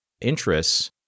interests